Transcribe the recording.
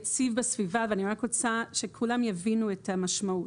יציבים בסביבה ואני רק רוצה שכולם יבינו את המשמעות.